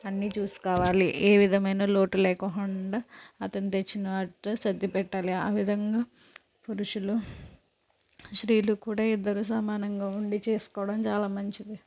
అన్ని చూస్కోవాలి ఏ విధమైన లోటు లేకోకుండా అతను తెచ్చిన వాటితో సర్ది పెట్టాలి ఆ విధంగా పురుషులు స్త్రీలు కూడా ఇద్దరు సమానంగా ఉండి చేసుకోవడం చాలా మంచిది